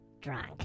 drunk